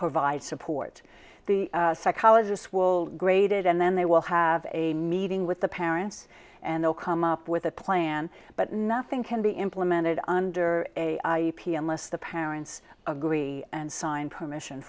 provide support the psychologists will grade it and then they will have a meeting with the parents and they'll come up with a plan but nothing can be implemented under a p l s the parents agree and sign permission